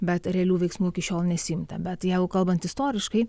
bet realių veiksmų iki šiol nesiimta bet jeigu kalbant istoriškai